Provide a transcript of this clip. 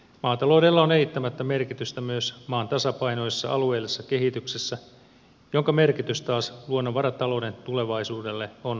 maataloudella on eittämättä merkitystä myös maan tasapainoisessa alueellisessa kehityksessä jonka merkitys taas luonnonvaratalouden tulevaisuudelle on kiertämätön